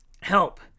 Help